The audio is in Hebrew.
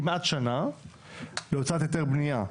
כמעט שנה להוצאת היתר בנייה,